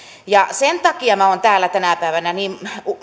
sen takia minä olen täällä tänä päivänä niin